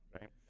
right